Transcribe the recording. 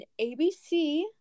ABC